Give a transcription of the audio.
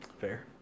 Fair